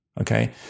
Okay